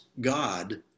God